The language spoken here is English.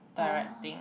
directing